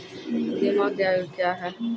बीमा के आयु क्या हैं?